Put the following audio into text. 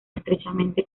estrechamente